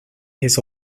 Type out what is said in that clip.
his